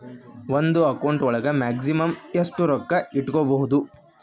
ಒಂದು ಅಕೌಂಟ್ ಒಳಗ ಮ್ಯಾಕ್ಸಿಮಮ್ ಎಷ್ಟು ರೊಕ್ಕ ಇಟ್ಕೋಬಹುದು?